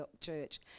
church